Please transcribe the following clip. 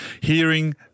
hearing